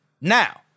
now